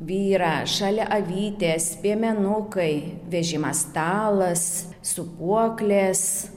vyrą šalia avytės piemenukai vežimas stalas sūpuoklės